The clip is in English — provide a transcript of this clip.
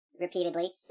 repeatedly